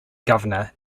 governor